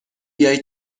بیای